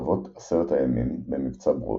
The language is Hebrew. בקרבות עשרת הימים, במבצע ברוש,